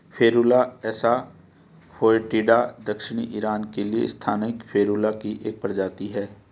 Ferula assa foetida दक्षिणी Iran के लिए स्थानिक फेरुला की एक प्रजाति है